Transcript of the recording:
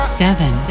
seven